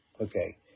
okay